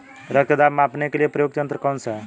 रक्त दाब मापने के लिए प्रयुक्त यंत्र कौन सा है?